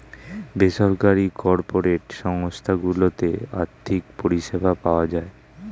বেসরকারি কর্পোরেট সংস্থা গুলোতে আর্থিক পরিষেবা পাওয়া যায়